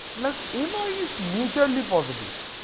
like emma is mutually positive.